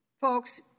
folks